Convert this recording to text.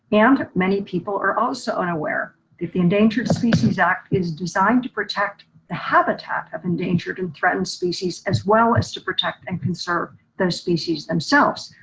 and many people are also unaware that the endangered species act is designed to protect the habitat of endangered and threatened species as well as to protect and conserve those species themselves.